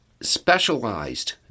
specialized